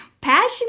passionate